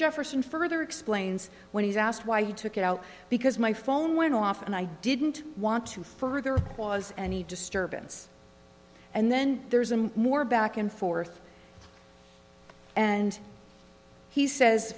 jefferson further explains when he's asked why he took it out because my phone went off and i didn't want to further cause any disturbance and then there's a more back and forth and he says